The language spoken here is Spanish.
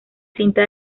cinta